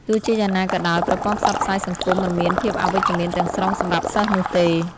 ទោះជាយ៉ាងណាក៏ដោយ ប្រព័ន្ធផ្សព្វផ្សាយសង្គមមិនមានភាពអវិជ្ជមានទាំងស្រុងសម្រាប់សិស្សនោះទេ។